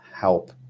help